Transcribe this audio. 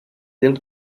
del